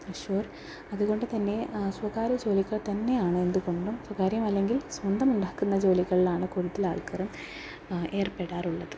തൃശ്ശൂർ തന്നെ സ്വകാര്യ ജോലികൾ തന്നെയാണ് എന്തുകൊണ്ടും സ്വകാര്യമല്ലെങ്കിൽ സ്വന്തം ഉണ്ടാക്കുന്ന ജോലികളിലാണ് കൂടുതൽ ആൾക്കാരും ഏർപ്പെടാറുള്ളത്